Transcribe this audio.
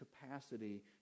capacity